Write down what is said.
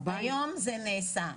היום זה נעשה.